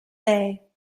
day